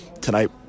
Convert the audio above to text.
tonight